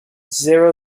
zéro